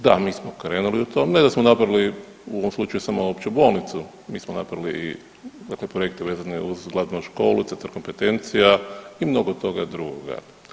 Da, mi smo krenuli u to, ne da smo napravili u ovom slučaju samo opću bolnicu, mi smo napravili dakle projekte vezane uz glazbenu školu, centar kompetencija i mnogo toga drugoga.